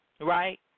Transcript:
right